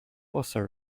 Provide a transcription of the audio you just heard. also